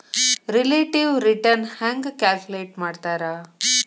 relative return ಹೆಂಗ calculate ಮಾಡ್ತಾರಾ